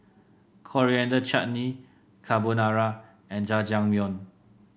Coriander Chutney Carbonara and Jajangmyeon